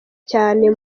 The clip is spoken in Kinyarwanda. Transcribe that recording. cyane